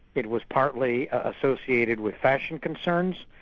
it was partly associated with fashion concerns.